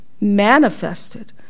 manifested